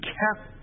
kept